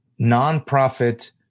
nonprofit